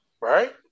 Right